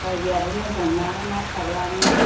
जायगायाबो मोजांना ना थाग्रानो